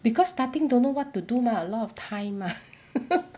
because starting don't know what to do mah a lot of time mah